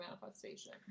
manifestation